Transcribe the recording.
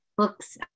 Books